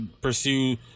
pursue